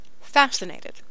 Fascinated